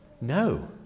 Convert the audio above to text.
No